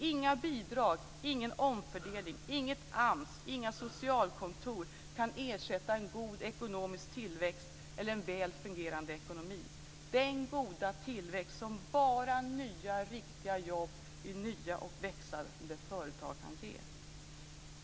Inga bidrag, ingen omfördelning, inget AMS och inga socialkontor kan ersätta en god ekonomisk tillväxt eller en väl fungerande ekonomi - den goda tillväxt som bara nya riktiga jobb i nya och växande företag kan ge.